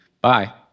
Bye